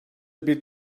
bir